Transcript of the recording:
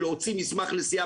תודה רבה.